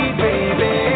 baby